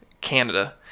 canada